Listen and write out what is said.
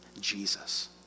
Jesus